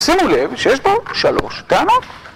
שימו לב שיש פה שלוש טענות.